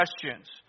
questions